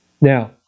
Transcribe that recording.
Now